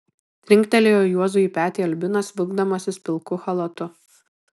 trinktelėjo juozui į petį albinas vilkdamasis pilku chalatu